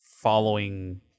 following